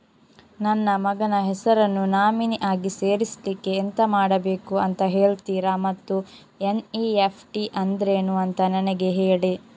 ನನ್ನ ಮಗನ ಹೆಸರನ್ನು ನಾಮಿನಿ ಆಗಿ ಸೇರಿಸ್ಲಿಕ್ಕೆ ಎಂತ ಮಾಡಬೇಕು ಅಂತ ಹೇಳ್ತೀರಾ ಮತ್ತು ಎನ್.ಇ.ಎಫ್.ಟಿ ಅಂದ್ರೇನು ಅಂತ ನನಗೆ ಹೇಳಿ